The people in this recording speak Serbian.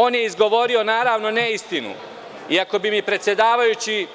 On je izgovorio naravno neistinu, iako bi mi predsedavajući